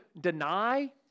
deny